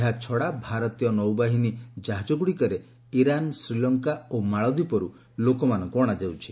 ଏହାଛଡ଼ା ଭାରତୀୟ ନୌବାହିନୀ ଜାହାଟ୍ଟଗୁଡ଼ିକରେ ଇରାନ୍ ଶ୍ରୀଲଙ୍କା ଓ ମାଳଦୀପରୁ ଲୋକମାନଙ୍କୁ ଅଶାଯାଉଛି